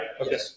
Okay